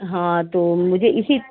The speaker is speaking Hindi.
हाँ तो मुझे इसी